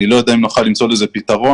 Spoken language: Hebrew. אני לא יודע אם נוכל למצוא לזה פתרון,